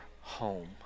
home